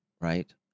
right